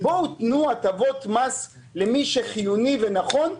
תנו הטבות מס למי שחיוני ונכון.